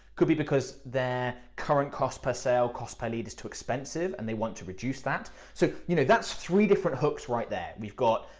could be because they're current cost per sale, cost per lead is too expensive and they want to reduce that. so you know that's three different hooks right there. we've got